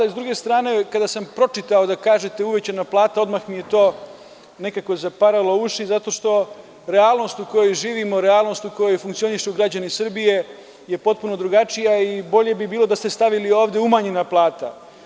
Sa druge strane, kada sam pročitao da kažete „uvećana plata“, odmah mi je to nekako zaparalo uši, jer realnost u kojoj živimo, realnost u kojoj funkcionišu građani Srbije je potpuno drugačija i bolje bi bilo da ste stavili ovde „umanjena plata“